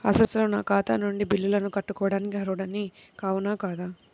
అసలు నా ఖాతా నుండి బిల్లులను కట్టుకోవటానికి అర్హుడని అవునా కాదా?